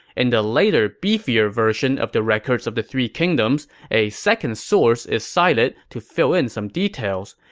and the later, beefier version of the records of the three kingdoms, a second source is cited to fill in some details.